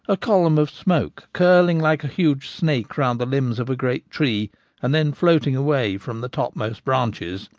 a column of smoke, curling like a huge snake round the limbs of a great tree and then floating away from the topmost branches,